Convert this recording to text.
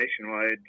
nationwide